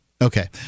Okay